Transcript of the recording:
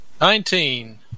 Nineteen